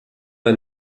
ein